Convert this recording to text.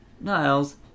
Niles